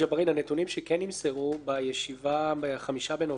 הנתונים שכן נמסרו בישיבה ב-5 בנובמבר